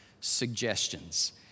suggestions